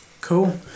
Cool